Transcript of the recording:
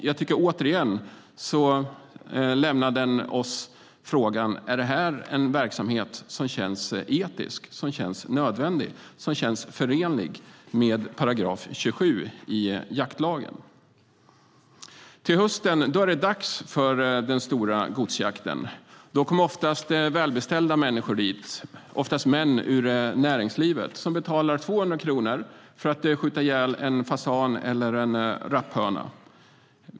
Jag tycker återigen att det här väcker frågan: Är det här en verksamhet som känns etisk, som känns nödvändig och som känns förenlig med § 27 i jaktlagen? Till hösten är det dags för den stora godsjakten. Då kommer oftast välbeställda människor dit, oftast män ur näringslivet, som betalar 200 kronor för att skjuta ihjäl en fasan eller en rapphöna.